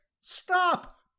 Stop